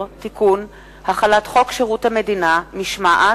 (תיקון) (החלת חוק שירות המדינה (משמעת)